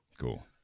Cool